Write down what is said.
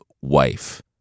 wife